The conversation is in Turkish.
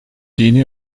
dini